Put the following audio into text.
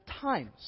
times